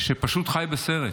שפשוט חי בסרט.